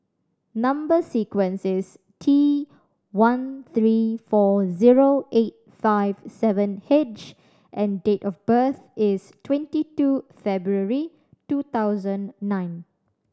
number sequence is T one three four zero eight five seven H and date of birth is twenty two February two thousand nine